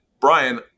Brian